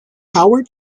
howard